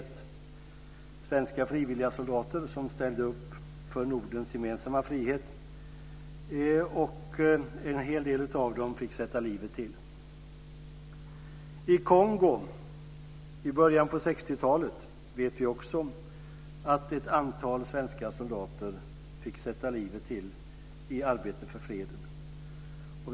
Det var svenska frivilligsoldater som ställde upp för Nordens gemensamma frihet. En hel del av dem fick sätta livet till. I Kongo i början av 60-talet fick också ett antal svenska soldater sätta livet till i arbetet för freden.